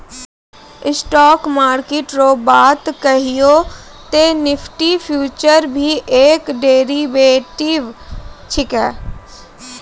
stock market रो बात कहियो ते निफ्टी फ्यूचर भी एक डेरीवेटिव छिकै